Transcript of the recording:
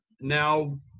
Now